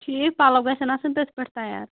ٹھیٖک پَلو گژھن آسٕنۍ تٔتھۍ پٮ۪ٹھ تَیار